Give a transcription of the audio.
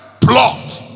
Plot